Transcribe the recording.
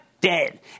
dead